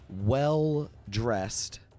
well-dressed